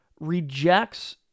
rejects